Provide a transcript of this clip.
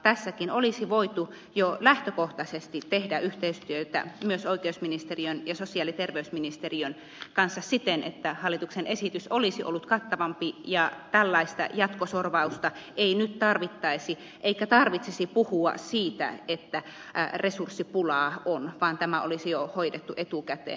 tässäkin olisi voitu jo lähtökohtaisesti tehdä yhteistyötä myös oikeusministeriön ja sosiaali ja terveysministeriön kanssa siten että hallituksen esitys olisi ollut kattavampi ja tällaista jatkosorvausta ei nyt tarvittaisi eikä tarvitsisi puhua siitä että resurssipulaa on vaan tämä olisi jo hoidettu etukäteen